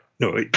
No